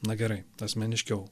na gerai asmeniškiau